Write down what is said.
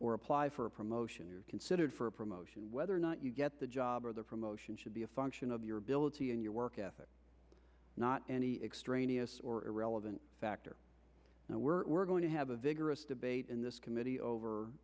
or apply for a promotion you're considered for a promotion whether or not you get the job or the promotion should be a function of your ability and your work ethic not any extraneous or irrelevant factor and we're going to have a vigorous debate in this committee over